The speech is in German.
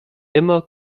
immer